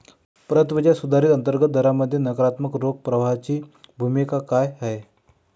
परताव्याच्या सुधारित अंतर्गत दरामध्ये नकारात्मक रोख प्रवाहाची भूमिका काय आहे?